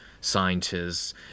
scientists